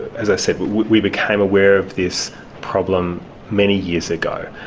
as i said, we became aware of this problem many years ago.